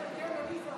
איזה בלמנו?